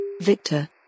Victor